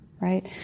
right